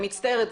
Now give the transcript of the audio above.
אני מצטערת,